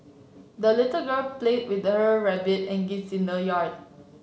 the little girl played with her rabbit and geese in the yard